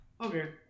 Okay